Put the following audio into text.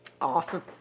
Awesome